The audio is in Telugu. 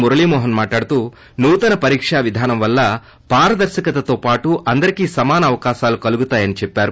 మురళీ మోహన్ మాట్లాడుతూ నూతన పరీకా విధానం వలన పారదర్రకతతో పాటు అందరికీ సమాన అవకాశాలు కలుగుతాయని అన్నారు